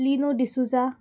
Lino D'Souza